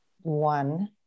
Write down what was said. one